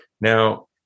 now